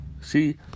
See